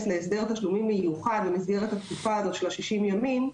להסדר תשלומים מיוחד במסגרת התקופה הזאת של ה-60 ימים,